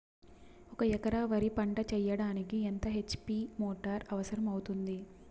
ఒక ఎకరా వరి పంట చెయ్యడానికి ఎంత హెచ్.పి మోటారు అవసరం అవుతుంది?